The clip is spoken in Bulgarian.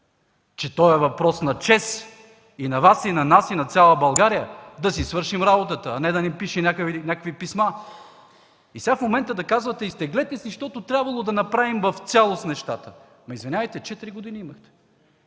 Че то е въпрос на чест – и на Вас, и на нас, и на цяла България, да си свършим работата, а не някой да ни пише някакви писма! И сега в момента да казвате: „Изтеглете, защото трябва да направим в цялост нещата”, но извинявайте, имахте